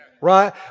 Right